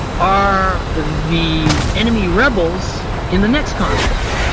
are the enemy rebels in the next conflict,